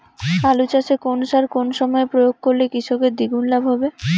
আলু চাষে কোন সার কোন সময়ে প্রয়োগ করলে কৃষকের দ্বিগুণ লাভ হবে?